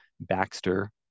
Baxter